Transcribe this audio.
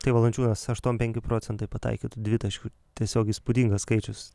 tai valančiūnas aštuom penki procentai pataikytų dvitaškių tiesiog įspūdingas skaičius